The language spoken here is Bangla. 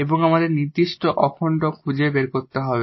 এবং আমাদের পার্টিকুলার ইন্টিগ্রাল খুঁজে বের করতে হবে